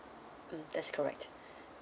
mm that's correct